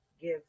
give